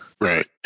Right